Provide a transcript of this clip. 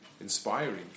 inspiring